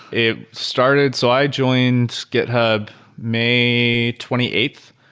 it started so i joined github may twenty eighth.